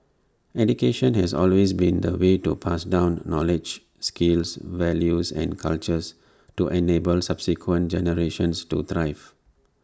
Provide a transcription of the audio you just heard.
education has always been the way to pass down knowledge skills values and culture to enable subsequent generations to thrive